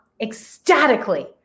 ecstatically